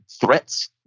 threats